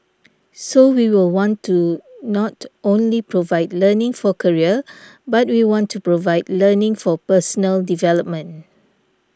so we will want to not only provide learning for career but we want to provide learning for personal development